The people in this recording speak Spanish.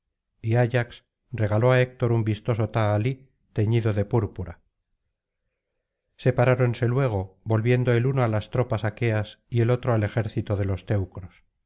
y ayax regaló á héctor un vistoso tahalí teñido de púrpura separáronse luego volviendo el uno á las tropas aqueas y el otro al ejército de los teucros